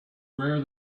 rare